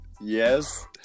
Yes